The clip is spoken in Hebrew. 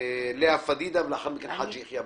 לאה פדידה ולאחר מכן חבר הכנסת חאג' יחיא.